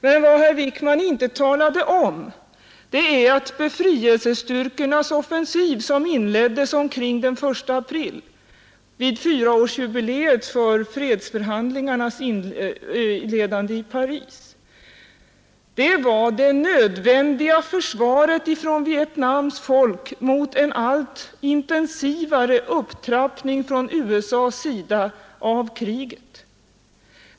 Men vad herr Wijkman inte talade om är att befrielsestyrkornas offensiv, som inleddes omkring den 1 april vid fyraårsjubileet av fredsförhandlingarnas inledande i Paris, var det nödvändiga försvaret ifrån Vietnams folk mot en allt intensivare upptrappning från USA:s sida av kriget.